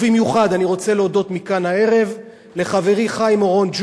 ובמיוחד אני רוצה להודות מכאן הערב לחברי חיים אורון,